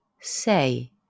sei